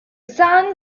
sun